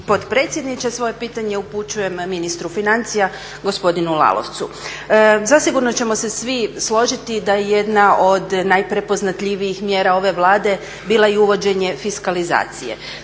potpredsjedniče. Svoje pitanje upućujem ministru financija gospodinu Lalovcu. Zasigurno ćemo se svi složiti da jedna od najprepoznatljivijih mjera ove Vlade bila i uvođenje fiskalizacije.